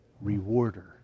rewarder